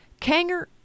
Kanger